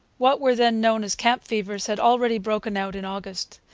what were then known as camp fevers had already broken out in august.